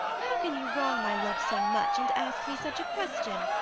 how can you wrong my love so much, and ask me such a question?